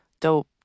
dope